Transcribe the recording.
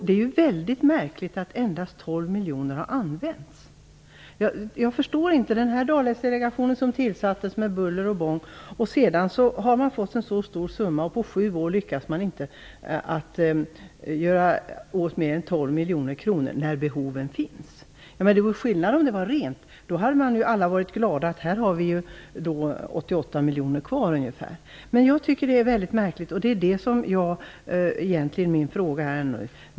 Det är väldigt märkligt att endast 12 miljoner kronor har använts. Dalälvsdelegationen tillsattes ju med buller och bång. Jag förstår inte att man, trots att man fått en så stor summa, på sju år inte lyckats göra av med mer än 12 miljoner kronor. Behoven finns ju. Det vore skillnad om det var rent. Då hade alla varit glada. Ungefär 88 miljoner kronor skulle då vara kvar. Jag tycker alltså att det hela är väldigt märkligt.